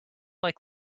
like